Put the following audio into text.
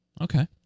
Okay